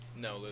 No